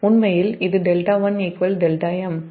உண்மையில் இது 𝜹1 δm மற்றும் δm 𝝅 δ0